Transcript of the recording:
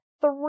three